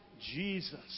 Jesus